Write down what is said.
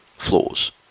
flaws